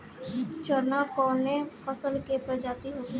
रचना कवने फसल के प्रजाति हयुए?